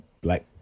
black